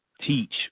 teach